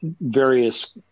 various